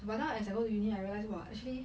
but now as I go to the uni~ I realise !wah! actually